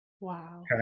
Wow